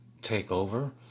takeover